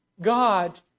God